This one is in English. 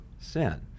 sin